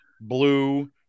blue